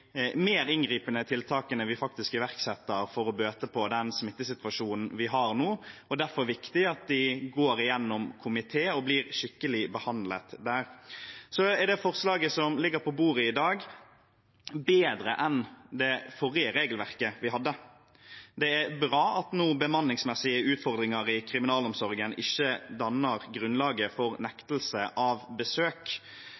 mer inngripende tiltakene vi faktisk iverksetter for å bøte på den smittesituasjonen vi har nå. Det er derfor viktig at sakene går gjennom komité og blir skikkelig behandlet der. Det forslaget som ligger på bordet i dag, er bedre enn det forrige regelverket vi hadde. Det er bra at bemanningsmessige utfordringer i kriminalomsorgen nå ikke danner grunnlag for